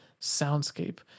soundscape